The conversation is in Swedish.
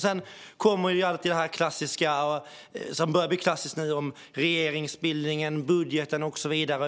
Sedan kommer alltid det som nu börjar bli klassiskt om regeringsbildningen, budgeten och så vidare.